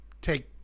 take